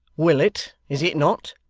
willet is it not